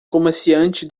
comerciante